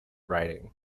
riding